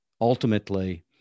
ultimately